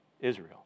Israel